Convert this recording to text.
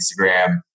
Instagram